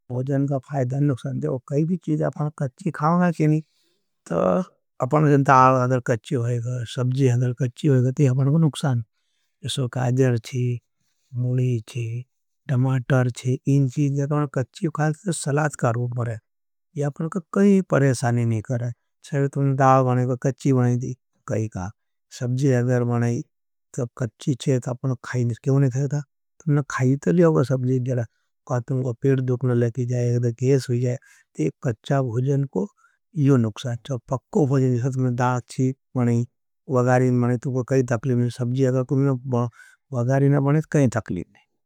भोजन का फायदान नुक्सान देवा, कई भी चीज़ा अपना कच्ची खाओंगा के नहीं, तो अपना दाल अधर कच्ची होईगा, सबजी अधर कच्ची होईगा, ते अपना का नुक्सान। अपना कच्ची खाओंगा के नहीं, तो अपना दाल अधर कच्ची होईगा। ते अपना कच्ची खाओंगा के नहीं, तो अपना दाल अधर कच्ची होईगा, ते अपना कच्ची खाओंगा के नहीं। तो अपना दाल अधर कच्ची होईगा, ते अपना दाल अधर कच् के नहीं। ते कच्चों भोजन का यू नुकसान छे। कई टाक्लेफफ नी।